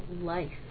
life